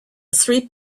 three